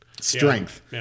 strength